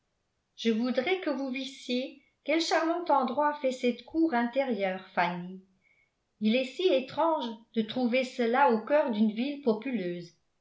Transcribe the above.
je voudrais que vous vissiez quel charmant endroit fait cette cour intérieure fanny il est si étrange de trouver cela au cœur d'une ville populeuse